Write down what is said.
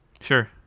Sure